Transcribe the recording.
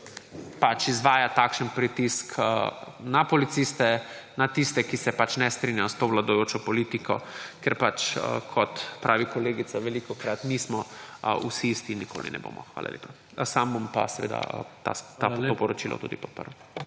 se izvaja takšen pritisk na policiste, na tiste, ki se ne strinjajo s to vladajočo politiko, ker pač kot pravi kolegica, velikokrat nismo vsi isti in nikoli ne bomo. Hvala lepa. Sam bom pa seveda to poročilo tudi podprl.